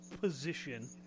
position